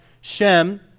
Shem